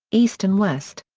east and west.